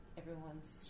everyone's